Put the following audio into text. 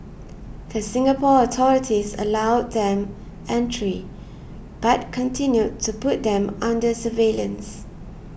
the Singapore authorities allowed them entry but continued to put them under surveillance